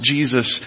Jesus